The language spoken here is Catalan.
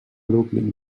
brooklyn